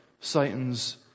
Satan's